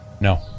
No